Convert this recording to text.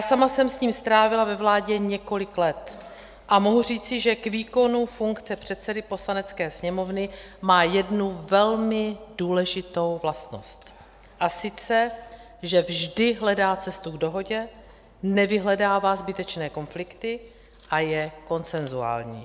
Sama jsem s ním strávila ve vládě několik let a mohu říci, že k výkonu funkce předsedy Poslanecké sněmovny má jednu velmi důležitou vlastnost, a sice že vždy hledá cestu k dohodě, nevyhledává zbytečné konflikty a je konsenzuální.